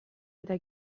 eta